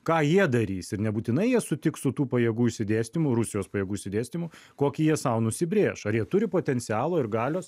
ką jie darys ir nebūtinai jie sutiks su tų pajėgų išsidėstymu rusijos pajėgų išsidėstymu kokį jie sau nusibrėš ar jie turi potencialo ir galios